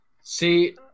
See